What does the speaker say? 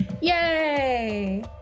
Yay